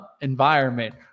environment